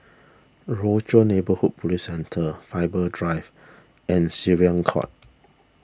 Rochor Neighborhood Police Centre Faber Drive and Syariah Court